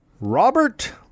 Robert